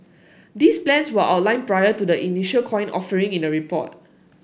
these plans were outlined prior to the initial coin offering in a report